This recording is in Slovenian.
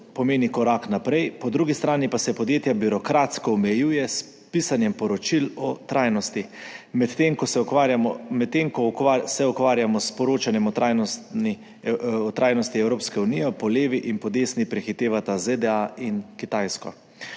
instrumentov korak naprej, po drugi strani pa se podjetja birokratsko omejuje s pisanjem poročil o trajnosti. Medtem ko se ukvarjamo s poročanjem o trajnosti Evropske unije, nas po levi in po desni prehitevata ZDA in Kitajska.